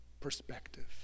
perspective